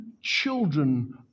children